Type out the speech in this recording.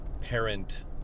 parent